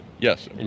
yes